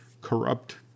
corrupt